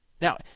now